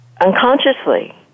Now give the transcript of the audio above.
unconsciously